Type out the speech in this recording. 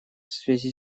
связи